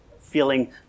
feeling